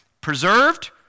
preserved